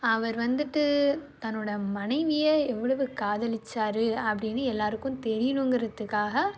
அவர் வந்துட்டு தன்னோடய மனைவியை எவ்வளவு காதலிச்சார் அப்படினு எல்லாருக்கும் தெரியணுங்குறதுக்காக